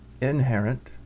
inherent